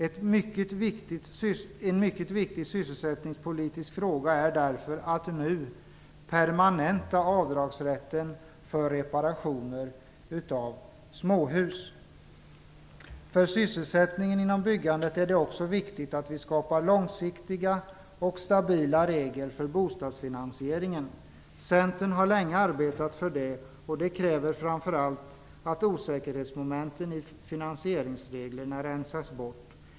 En mycket viktig sysselsättningspolitisk fråga är därför att nu permanenta avdragsrätten för reparationer av småhus. För sysselsättningen inom byggandet är det också viktigt att vi skapar långsiktiga och stabila regler för bostadsfinansieringen. Centern har länge arbetat för det, och det kräver framför allt att osäkerhetsmomenten i finansieringsreglerna rensas bort.